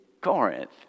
Corinth